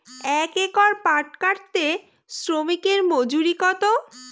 এক একর পাট কাটতে শ্রমিকের মজুরি কত?